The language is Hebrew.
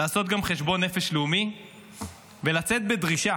לעשות גם חשבון נפש לאומי ולצאת בדרישה